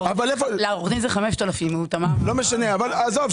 לעורך הדין זה 5,000. עזוב,